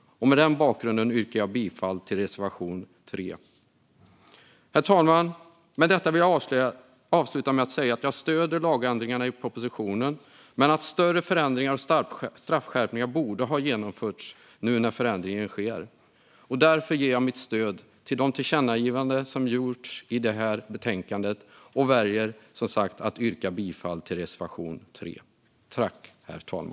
Mot denna bakgrund yrkar jag bifall till reservation 3. Herr talman! Jag vill avsluta med att säga att jag stöder lagändringarna i propositionen men att större förändringar och straffskärpningar borde ha genomförts nu när förändringen sker. Därför ger jag mitt stöd till de tillkännagivanden som finns i betänkandet, men jag väljer som sagt att yrka bifall endast till reservation 3.